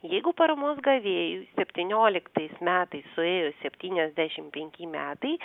jeigu paramos gavėjui septynioliktais metais suėjo septyniasdešimt penki metai